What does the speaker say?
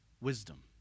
wisdom